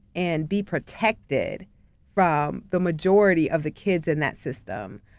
and be protected from the majority of the kids in that system.